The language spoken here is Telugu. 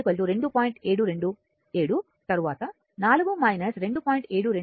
727 తరువాత 4 2